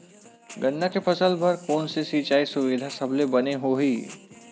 गन्ना के फसल बर कोन से सिचाई सुविधा सबले बने होही?